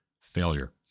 failure